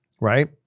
right